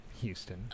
houston